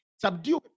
subdue